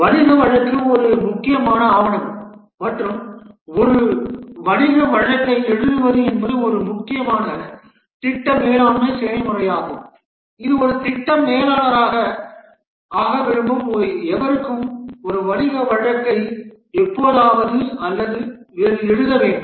வணிக வழக்கு ஒரு மிக முக்கியமான ஆவணம் மற்றும் ஒரு வணிக வழக்கை எழுதுவது என்பது ஒரு முக்கியமான திட்ட மேலாண்மை செயல்முறையாகும் இது ஒரு திட்ட மேலாளராக ஆக விரும்பும் எவரும் ஒரு வணிக வழக்கை எப்போதாவது அல்லது வேறு எழுத வேண்டும்